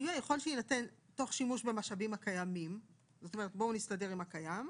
"הסיוע כאמור יכול שיינתן תוך שימוש במשאבים הקיימים או באישור